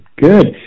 good